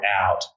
out